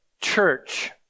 church